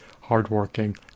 hardworking